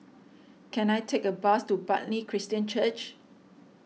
can I take a bus to Bartley Christian Church